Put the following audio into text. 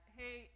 hey